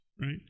right